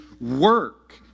work